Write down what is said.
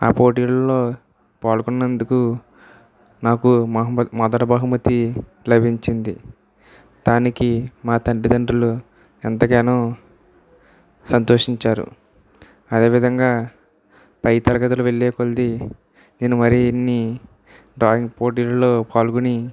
ఆ పోటీల్లో పాల్గొన్నందుకు నాకు మహమ్మద్ మొదటి బహుమతి లభించింది దానికి మా తల్లిదండ్రులు ఎంతగానో సంతోషించారు అదేవిధంగా పై తరగతిలో వెళ్ళేకొద్దీ నేను మరిన్ని డ్రాయింగ్ పోటీల్లో పాల్గొని